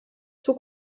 zur